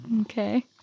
Okay